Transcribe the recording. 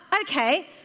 okay